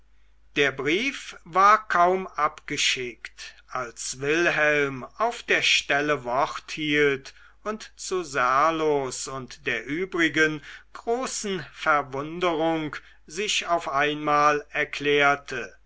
der brief war kaum abgeschickt als wilhelm auf der stelle wort hielt und zu serlos und der übrigen großen verwunderung sich auf einmal erklärte